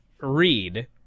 read